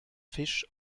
fisch